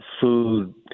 Food